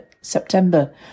September